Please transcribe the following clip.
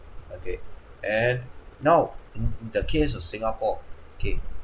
okay and now n~ n~ the case of singapore K